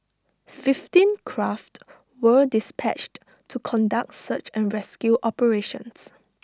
fifteen craft were dispatched to conduct search and rescue operations